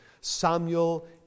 Samuel